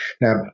Now